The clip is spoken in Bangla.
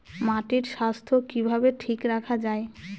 মাটির স্বাস্থ্য কিভাবে ঠিক রাখা যায়?